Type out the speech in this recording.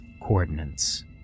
coordinates